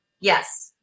Yes